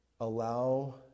allow